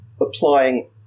applying